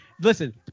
listen